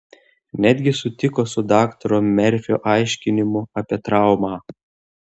netgi sutiko su daktaro merfio aiškinimu apie traumą